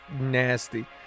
nasty